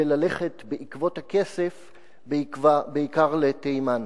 וללכת בעקבות הכסף בעיקר לתימן.